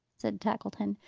said tackleton.